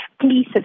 Please